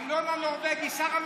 שר המשפטים,